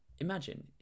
Imagine